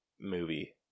movie